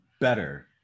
better